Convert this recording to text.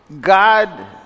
God